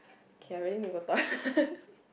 okay I really need to go toilet